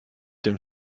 dem